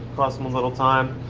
cost them a little time.